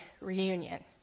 reunion